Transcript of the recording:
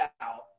out